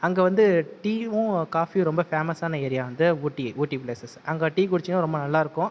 அங்கே வந்து டீயும் காஃபியும் ரொம்ப பேமஸான ஏரியா வந்து ஊட்டி ஊட்டி பிளேசஸ் அங்கே டீ குடிச்சால் ரொம்ப நல்லாயிருக்கும்